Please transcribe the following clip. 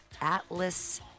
Atlas